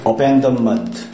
Abandonment